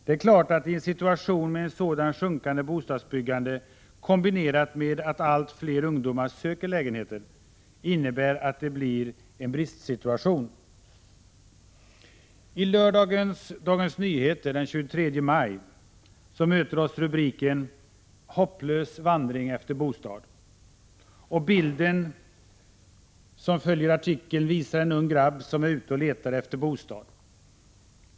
Det är klart att ett sådant minskande bostadsbyggande kombinerat med att allt fler ungdomar söker lägenheter innebär att det blir en bristsituation. I lördagens Dagens Nyheter, den 23 maj, möter oss rubriken ”Hopplös vandring efter bostad”, och bilden i artikeln visar en ung grabb som är ute och letar efter bostad.